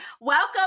Welcome